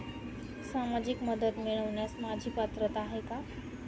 सामाजिक मदत मिळवण्यास माझी पात्रता आहे का?